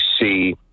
see